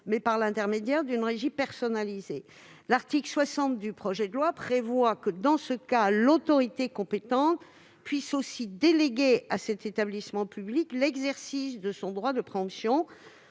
mais par l'intermédiaire d'une régie personnalisée. L'article 60 du projet de loi prévoit que, dans ce cas, l'autorité compétente puisse aussi déléguer à cet établissement public l'exercice de son droit de préemption